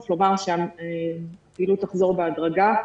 צריך לומר שהפעילות תחזור בהדרגה.